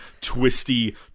twisty